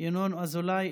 ינון אזולאי,